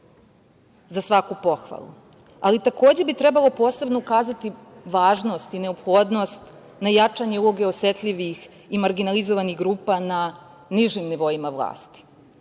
za svaku pohvalu. Takođe bi trebalo posebno ukazati važnost i neophodnost na jačanje uloge osetljivih i marginalizovanih grupa na nižim nivoima vlasti,